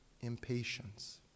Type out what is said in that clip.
impatience